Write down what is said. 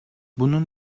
bunun